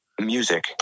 Music